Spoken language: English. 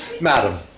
Madam